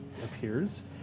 Appears